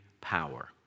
power